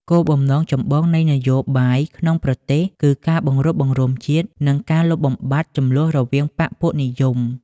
គោលបំណងចម្បងនៃនយោបាយក្នុងប្រទេសគឺការបង្រួបបង្រួមជាតិ និងការលុបបំបាត់ជម្លោះរវាងបក្សពួកនិយម។